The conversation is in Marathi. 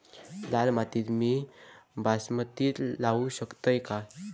लाल मातीत मी बासमती लावू शकतय काय?